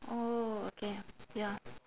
oh okay ya